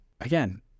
again